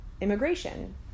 Immigration